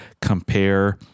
compare